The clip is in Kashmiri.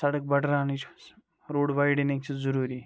سَڑک بَڈراونٕچ روٗڈ وایڈِنِنٛگ چھِ ضروٗری